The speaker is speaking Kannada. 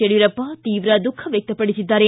ಯಡಿಯೂರಪ್ಪ ತೀವ್ರ ದುಃಖ ವ್ಯಕ್ತಪಡಿಸಿದ್ದಾರೆ